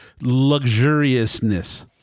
luxuriousness